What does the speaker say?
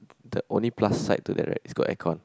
the only plus side to that right is got aircon